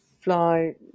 fly